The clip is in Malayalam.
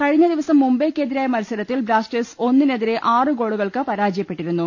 കഴിഞ്ഞ ദിവസം മുംബൈക്കെതിരായ മത്സരത്തിൽ ബ്ലാസ്റ്റേഴ്സ് ഒന്നിനെതിരെ ആറുഗോളുകൾക്ക് പരാജയപ്പെട്ടിരു ന്നു